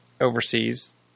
overseas